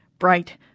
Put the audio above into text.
Bright